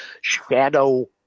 shadow